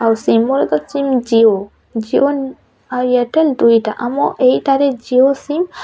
ଆଉ ସିମ୍ର ତ ସିମ୍ ଜିଓ ଜିଓ ଆଉ ଏୟାରଟେଲ୍ ଦୁଇଟା ଆମ ଏଇଠାରେ ଜିଓ ସିମ୍